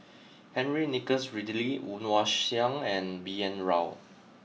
Henry Nicholas Ridley Woon Wah Siang and B N Rao